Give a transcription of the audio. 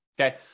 Okay